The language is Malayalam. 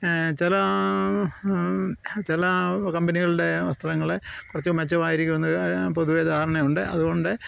ചില ചില കമ്പനികളുടെ വസ്ത്രങ്ങൾ കുറച്ച് മെച്ചമായിരിക്കുമെന്ന് പൊതുവെ ധാരണയുണ്ട് അതുകൊണ്ട്